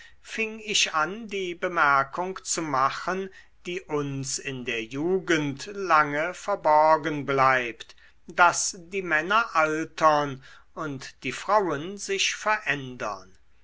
fing ich an die bemerkung zu machen die uns in der jugend lange verborgen bleibt daß die männer altern und die frauen sich verändern